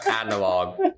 analog